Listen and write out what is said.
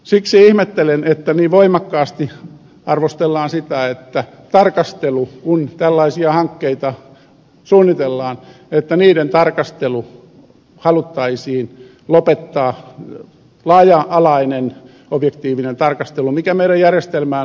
siksi ihmettelen että niin voimakkaasti arvostellaan tätä tarkastelua että kun tällaisia hankkeita suunnitellaan niin niiden laaja alainen objektiivinen tarkastelu mikä meidän järjestelmäämme on luotu haluttaisiin lopettaa